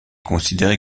considéré